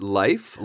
life